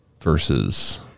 versus